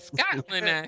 Scotland